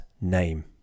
name